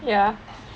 ya